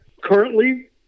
Currently